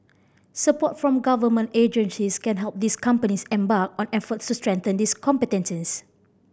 support from government agencies can help these companies embark on efforts to strengthen these competencies